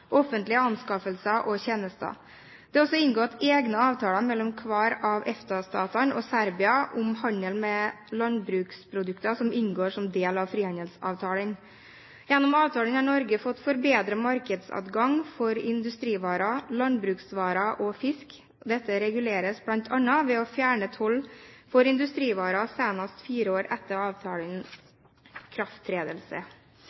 offentlige anskaffelser og tjenester. Det er også inngått egne avtaler mellom hver av EFTA-statene og Serbia om handel med landbruksprodukter som inngår som del av frihandelsavtalen. Gjennom avtalen har Norge fått forbedret markedsadgang for industrivarer, landbruksvarer og fisk. Dette reguleres bl.a. ved å fjerne toll for industrivarer senest fire år etter